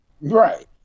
Right